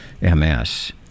MS